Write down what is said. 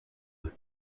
eux